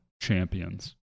Champions